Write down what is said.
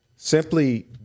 Simply